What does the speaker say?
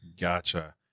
Gotcha